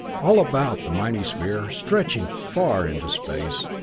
all about the mighty sphere, stretching far into space,